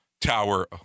tower